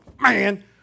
man